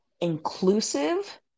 inclusive